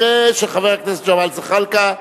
לנכה), של חבר הכנסת ג'מאל זחאלקה.